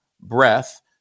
breath